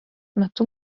metu